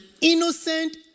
innocent